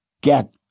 get